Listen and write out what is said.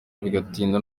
bigatinda